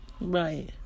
Right